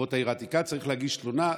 וברחובות העיר העתיקה, צריך להגיש תלונה.